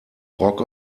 rock